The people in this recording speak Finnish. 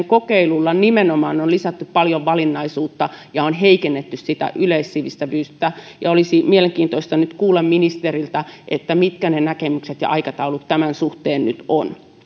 kokeiluilla nimenomaan on lisätty paljon valinnaisuutta ja on heikennetty sitä yleissivistävyyttä olisi mielenkiintoista nyt kuulla ministeriltä mitkä ne näkemykset ja aikataulut tämän suhteen nyt ovat